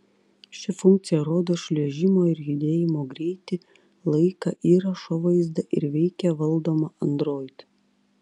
ši funkcija rodo šliuožimo ir judėjimo greitį laiką įrašo vaizdą ir veikia valdoma android